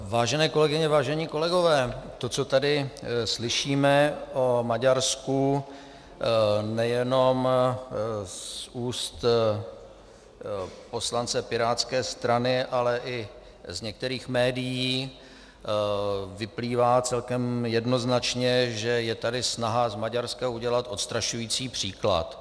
Vážené kolegyně, vážení kolegové, to, co tady slyšíme o Maďarsku nejenom z úst poslance Pirátské strany, ale i z některých médií, vyplývá celkem jednoznačně, že je tady snaha z Maďarska udělat odstrašující příklad.